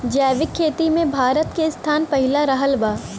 जैविक खेती मे भारत के स्थान पहिला रहल बा